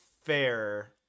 fair